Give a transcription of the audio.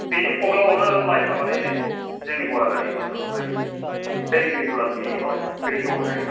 बेनि फ्रब्लेमावनो माइफ्रा मानि जोंनि बरागारि ओनसोलावहाय दैनि रिगुलार गैयैआवहाय थोयैआवहाय